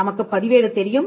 நமக்குப் பதிவேடு தெரியும்